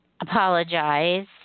apologize